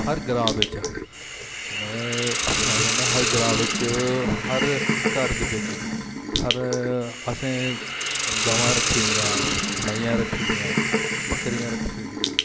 हर ग्रां बिच में सनाना चाह्न्नां हर ग्रां बिच हर घर दे बिच हर असें गवां रक्खी दियां मेहियां रक्खी दियां बकरियां रक्खी दियां